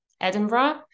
edinburgh